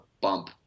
bump